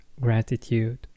gratitude